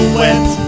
wet